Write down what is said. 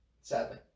sadly